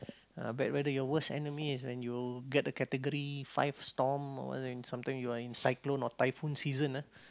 ah bad weather your worst enemy is when you get the category five storm or sometime you are in cyclone or typhoon season ah